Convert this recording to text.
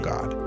God